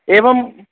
एवम्